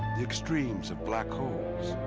extremes of black holes,